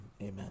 amen